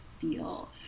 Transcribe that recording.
feel